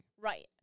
Right